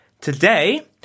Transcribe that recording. Today